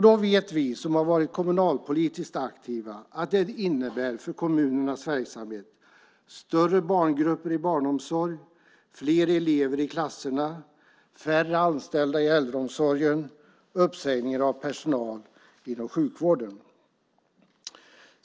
Då vet vi som har varit kommunalpolitiskt aktiva att det innebär för kommunernas verksamhet större barngrupper i barnomsorg, fler elever i klasserna, färre anställda i äldreomsorgen och uppsägningar av personal inom sjukvården.